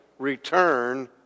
Return